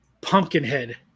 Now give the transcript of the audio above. Pumpkinhead